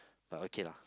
but okay lah